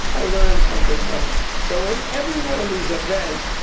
i learned something from it. so, in every one of these events,